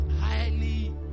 highly